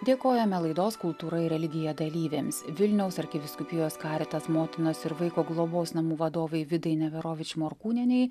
dėkojame laidos kultūra ir religija dalyvėms vilniaus arkivyskupijos karitas motinos ir vaiko globos namų vadovei vida neverovič morkūnienei